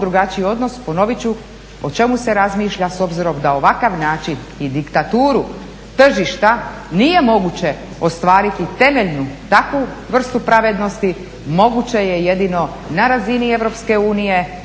drugačiji odnos. Ponovit ću o čemu se razmišlja s obzirom da ovakav način i diktaturu tržišta nije moguće ostvariti temeljnu takvu vrstu pravednosti moguće je jedino na razini EU